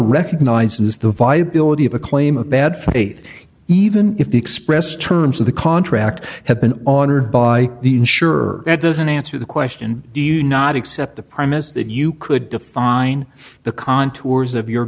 recognizes the viability of a claim of bad faith even if the expressed terms of the contract have been on or by the ensure that doesn't answer the question do you not accept the premise that you could define the contours of your